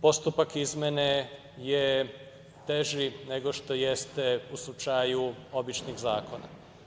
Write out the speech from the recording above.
Postupak izmene je teži nego što jeste u slučaju običnih zakona.